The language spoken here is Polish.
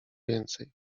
więcej